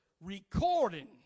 recording